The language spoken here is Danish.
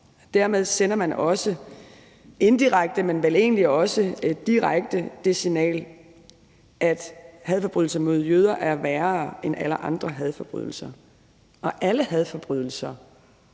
Dermed sender man også indirekte, men vel egentlig også direkte, det signal, at hadforbrydelser mod jøder er værre end alle andre hadforbrydelser, men alle hadforbrydelser